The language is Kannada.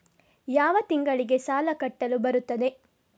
ಯಾವ ತಿಂಗಳಿಗೆ ಸಾಲ ಕಟ್ಟಲು ಬರುತ್ತದೆ?